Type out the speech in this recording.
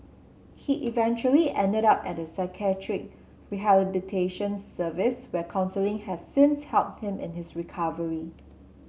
he eventually ended up at a psychiatric rehabilitation service where counselling has since helped him in his recovery